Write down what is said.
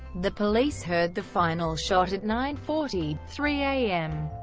the police heard the final shot at nine forty three a m.